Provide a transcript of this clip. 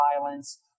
violence